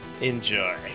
Enjoy